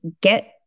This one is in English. get